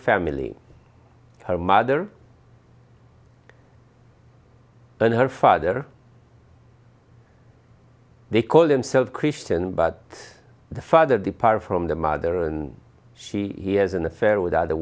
family her mother and her father they call themselves christian but the father depart from the mother and she has an affair with